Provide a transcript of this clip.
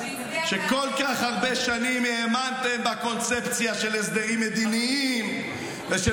שכל כך הרבה שנים האמנתם בקונספציה של הסדרים מדיניים ושל